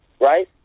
right